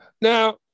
Now